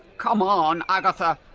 come on, agatha,